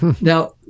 now